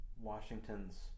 Washington's